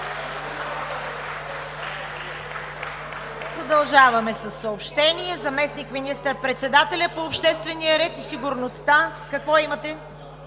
Продължаваме със съобщения. Заместник министър-председателят по обществения ред и сигурността и министър